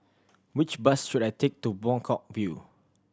which bus should I take to Buangkok View